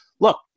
look